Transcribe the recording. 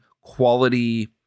quality